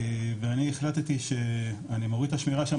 ואני החלטתי שאני מוריד את השמירה שם,